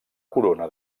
corona